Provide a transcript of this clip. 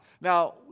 Now